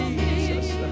Jesus